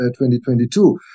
2022